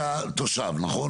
אתה תושב, נכון?